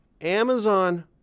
amazon